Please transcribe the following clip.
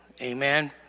Amen